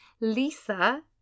Lisa